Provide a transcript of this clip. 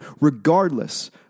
Regardless